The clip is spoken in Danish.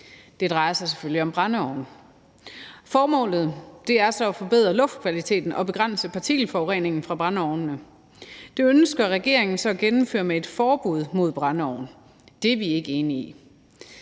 Det drejer sig selvfølgelig om brændeovne. Formålet er så at forbedre luftkvaliteten og begrænse partikelforureningen fra brændeovnene. Det ønsker regeringen så at gennemføre med et forbud mod brændeovne. Det er vi ikke enige i.